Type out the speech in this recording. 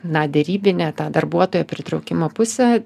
na derybinę tą darbuotojo pritraukimo pusę